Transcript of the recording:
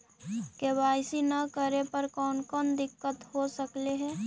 KYC न करे पर कौन कौन दिक्कत हो सकले हे?